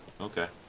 Okay